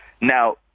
Now